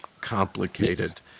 complicated